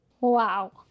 Wow